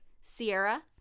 sierra